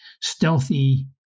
stealthy